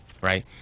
right